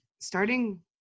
starting